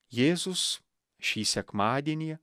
jėzus šį sekmadienį